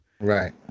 Right